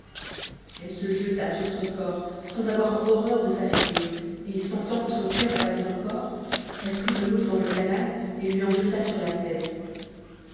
elle se jeta sur son corps sans avoir horreur de sa figure et sentant que son cœur battait encore elle prit de l'eau dans le canal et lui en jeta sur la tête